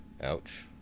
Ouch